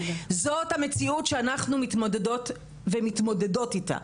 זאת המציאות שאנחנו ומתמודדות ומתמודדות איתה.